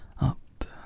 Up